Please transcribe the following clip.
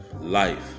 life